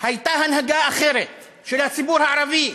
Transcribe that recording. הייתה הנהגה אחרת של הציבור הערבי.